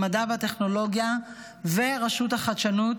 המדע והטכנולוגיה ורשות החדשנות,